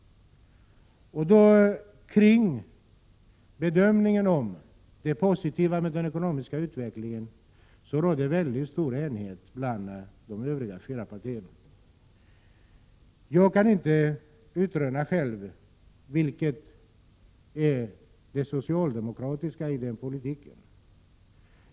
Det råder mycket stor enighet bland de övriga fyra partierna kring bedömningen av det positiva med den ekonomiska utvecklingen. Själv kan jaginte utröna vad som är socialdemokratiskt i denna politik.